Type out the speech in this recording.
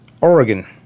Oregon